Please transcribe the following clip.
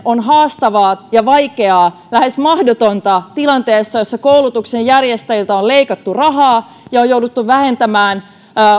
on haastavaa ja vaikeaa lähes mahdotonta tilanteessa jossa koulutuksenjärjestäjiltä on leikattu rahaa ja on on jouduttu vähentämään